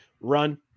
run